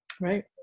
Right